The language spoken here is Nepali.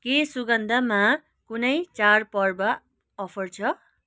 के सुगन्धमा कुनै चाडपर्व अफर छ